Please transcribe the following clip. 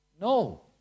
No